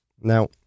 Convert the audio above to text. Now